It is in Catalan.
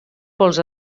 pols